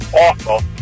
awful